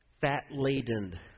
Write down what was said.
fat-laden